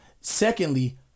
secondly